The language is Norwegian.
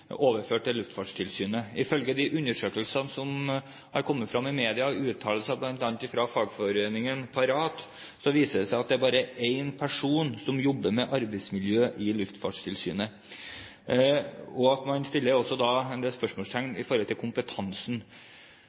til Luftfartstilsynet. Ifølge de undersøkelsene som har kommet frem i media, uttalelser fra bl.a. fagforeningen Parat, viser det seg at det bare er én person som jobber med arbeidsmiljø i Luftfartstilsynet. Man stiller en del spørsmål med tanke på kompetansen. Synes statsråden at kompetansen på arbeidsmiljø som ligger i